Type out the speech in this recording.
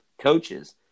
coaches